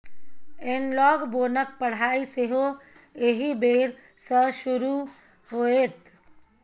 एनलॉग बोनक पढ़ाई सेहो एहि बेर सँ शुरू होएत